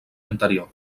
anterior